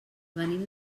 venim